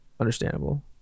understandable